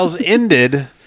ended